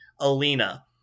Alina